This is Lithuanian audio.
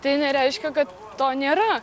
tai nereiškia kad to nėra